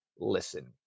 listen